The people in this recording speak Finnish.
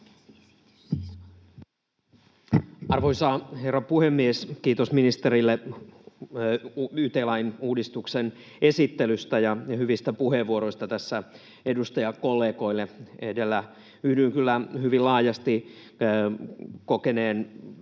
Arvoisa herra puhemies! Kiitos ministerille yt-lain uudistuksen esittelystä ja hyvistä puheenvuoroista edustajakollegoille edellä. Yhdyn kyllä hyvin laajasti kokeneen,